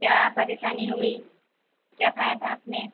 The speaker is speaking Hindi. क्या परेशानी हो गई क्या खाया था आपने